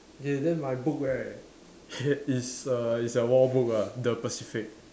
okay then my book right it's a it's a war book lah the Pacific